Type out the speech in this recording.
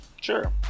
sure